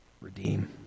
redeem